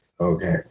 Okay